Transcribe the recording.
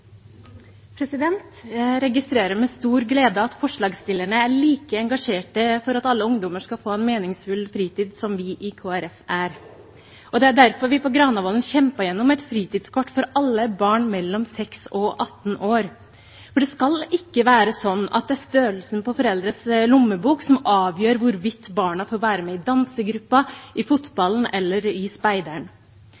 fritid. Jeg registrerer med stor glede at forslagsstillerne er like engasjerte for at alle ungdommer skal få en meningsfull fritid som vi i Kristelig Folkeparti er. Det er derfor vi på Granavolden kjempet igjennom et fritidskort for alle barn mellom 6 og 18 år. Det skal ikke være slik at det er størrelsen på foreldrenes lommebok som avgjør hvorvidt barna får være med i dansegruppa, i